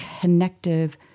connective